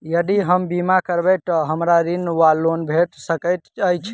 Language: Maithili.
यदि हम बीमा करबै तऽ हमरा ऋण वा लोन भेट सकैत अछि?